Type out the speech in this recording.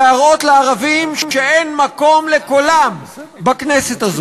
להראות לערבים שאין מקום לקולם בכנסת הזאת,